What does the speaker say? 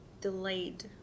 delayed